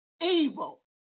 evil